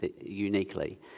uniquely